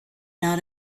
not